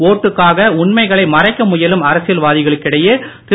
ஒட்டுக்காக உண்மைகளை மறைக்க முயலும் அரசியல் வாதிகளுக்கிடையே திரு